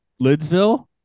Lidsville